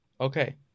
Okay